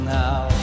now